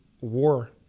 war